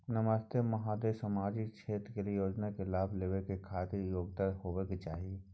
नमस्ते महोदय, सामाजिक क्षेत्र के योजना के लाभ लेबै के खातिर की योग्यता होबाक चाही?